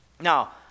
now